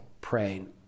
praying